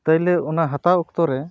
ᱯᱳᱭᱞᱳ ᱚᱱᱟ ᱦᱟᱛᱟᱣ ᱚᱠᱛᱚᱨᱮ